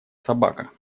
собака